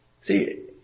See